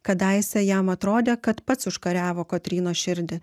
kadaise jam atrodė kad pats užkariavo kotrynos širdį